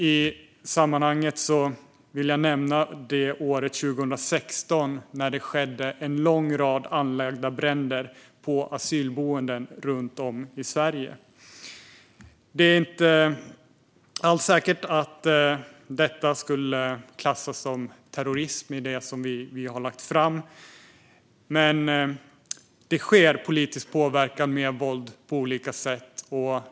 I sammanhanget vill jag nämna år 2016, när det skedde en lång rad anlagda bränder på asylboenden runt om i Sverige. Det är inte alls säkert att detta skulle klassas som terrorism i det som vi har lagt fram, men det sker alltså politisk påverkan med våld på olika sätt.